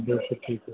जैसा ठीकु आहे